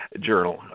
journal